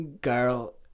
Girl